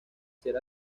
ser